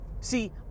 see